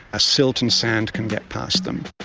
silt and sand can get past them.